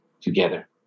together